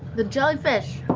the jellyfish.